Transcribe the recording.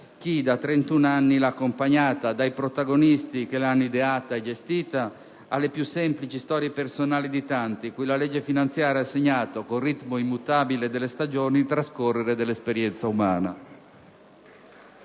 chi da 31 anni l'ha accompagnata: dai protagonisti che l'hanno ideata e gestita alle più semplici storie personali di tanti dei quali la legge finanziaria ha segnato, con il ritmo immutabile delle stagioni, il trascorrere dell'esperienza umana.